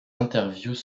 interviews